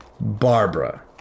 Barbara